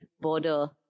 border